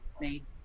made